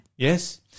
Yes